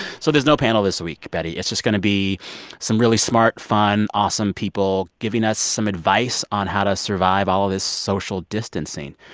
so there's no panel this week, betty. it's just going to be some really smart, fun, awesome people giving us some advice on how to survive all this social distancing.